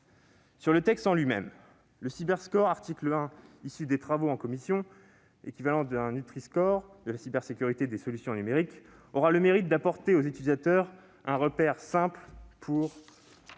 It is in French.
lui-même. À l'article 1, le Cyberscore, issu des travaux en commission et équivalent à un Nutriscore de la cybersécurité des solutions numériques, aura le mérite d'apporter aux utilisateurs un repère simple, pour